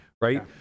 Right